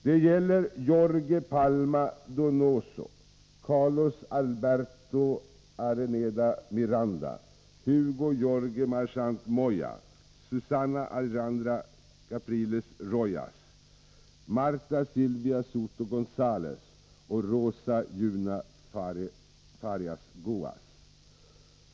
Det gäller Jorge Palma Donoso, Carlos Alberto Araneda Miranda, Hugo Jorge Marchant Moya, Susana Alejandra Capriles Rojas, Marta Silvia Soto Gonzalez och Rosa Juana Farias Goaz.